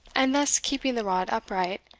and thus keeping the rod upright,